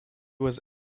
was